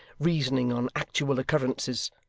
reasoning on actual occurrences.